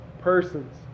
persons